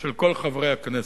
של כל חברי הכנסת.